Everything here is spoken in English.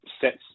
sets